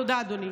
תודה, אדוני.